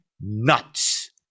nuts